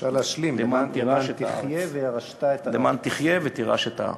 אפשר להשלים: "למען תחיה, למען תירש את הארץ.